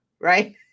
right